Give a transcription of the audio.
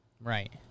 Right